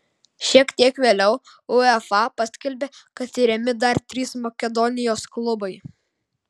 šiek tiek vėliau uefa paskelbė kad tiriami dar trys makedonijos klubai